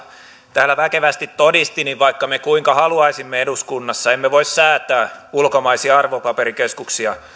täällä väkevästi todisti niin vaikka me kuinka haluaisimme eduskunnassa emme voi säätää ulkomaisia arvopaperikeskuksia